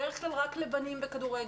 בכדורגל בדרך כלל רק לבנים לכבוש,